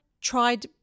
tried